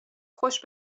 خوش